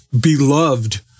beloved